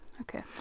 Okay